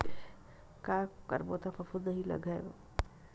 का करबो त फफूंद नहीं लगय?